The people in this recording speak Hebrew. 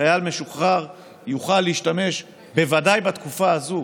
חייל משוחרר יוכל להשתמש, בוודאי בתקופה הזו,